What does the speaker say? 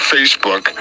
Facebook